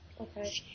Okay